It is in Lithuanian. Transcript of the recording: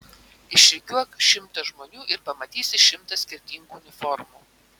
išrikiuok šimtą žmonių ir pamatysi šimtą skirtingų uniformų